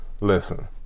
listen